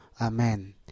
Amen